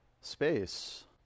space